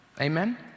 Amen